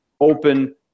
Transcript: open